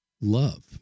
love